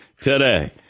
Today